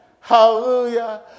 Hallelujah